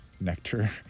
nectar